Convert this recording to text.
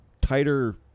tighter